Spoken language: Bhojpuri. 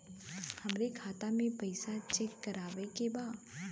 हमरे खाता मे पैसा चेक करवावे के बा?